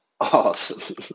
Awesome